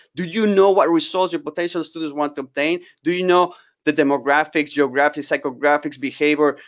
do you know what resources your potential students want to obtain? do you know the demographics, geographics, psychographics, behavior,